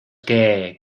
que